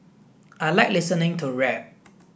I like listening to rap